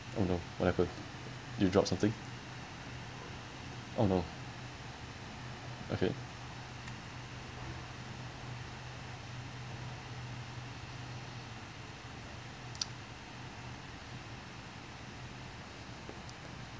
oh no what happened you drop something oh no okay